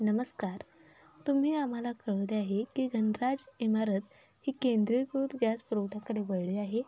नमस्कार तुम्ही आम्हाला कळवले आहे की घनराज इमारत ही केंद्रीयकृत गॅस पुरवठ्याकडे वळली आहे